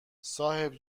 صاحب